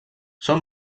són